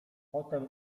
potem